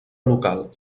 local